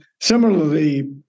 similarly